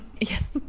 Yes